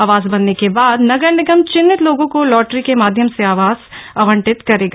आवास बनने के बाद नगर निगम चिन्हित लोगों को लॉटरी के माध्यम से आवास आवंटित करेगा